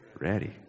ready